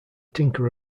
tinker